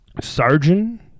sergeant